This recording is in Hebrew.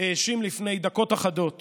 האשים לפני דקות אחדות